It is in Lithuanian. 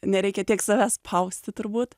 nereikia tiek save spausti turbūt